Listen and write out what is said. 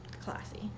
Classy